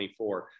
24